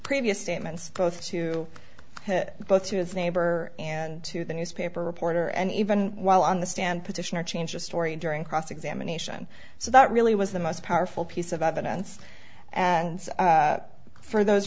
previous statements both to hit both to his neighbor and to the newspaper reporter and even while on the stand petitioner change the story during cross examination so that really was the most powerful piece of evidence and for those